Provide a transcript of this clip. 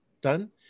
done